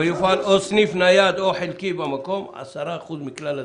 -- ויופעל או סניף נייד או חלקי במקום 10% מכלל הסגירות.